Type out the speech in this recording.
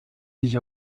sich